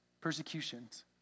Persecutions